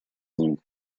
ним